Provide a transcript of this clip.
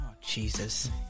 Jesus